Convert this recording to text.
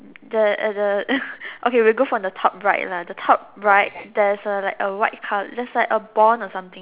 the at the okay we go from the top right lah the top right there's a like a white colour there's like a bond or something